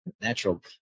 natural